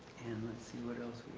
and let's see what else